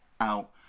Out